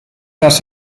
das